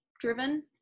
driven